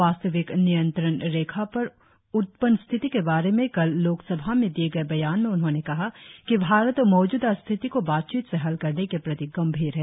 वास्तविक नियंत्रण रेखा पर उत्पन्न स्थिति के बारे में आज लोकसभा में दिए गए बयान में उन्होंने कहा कि भारत मौजूदा स्थिति को बातचीत से हल करने के प्रति गंभीर है